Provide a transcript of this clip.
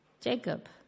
Jacob